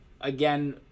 again